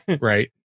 right